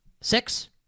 Six